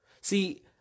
See